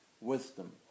wisdom